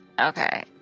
Okay